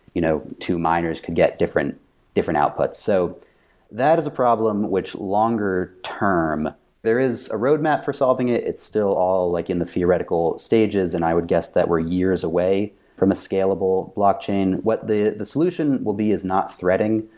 you know two miners could get different different outputs. so that is a problem which longer term there is a roadmap for solving it. it's still all like in the theoretical stages, and i would guess that we're years away from a scalable blockchain. what the the solution will be is not threading.